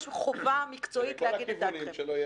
שלא יהיה